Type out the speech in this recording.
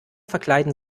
verkleiden